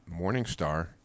morningstar